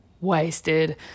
wasted